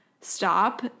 stop